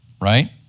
right